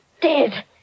dead